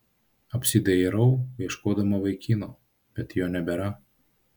apsidairau ieškodama vaikino bet jo nebėra